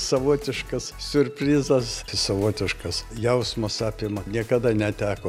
savotiškas siurprizas savotiškas jausmas apima niekada neteko